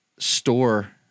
Store